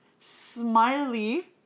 smiley